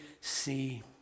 see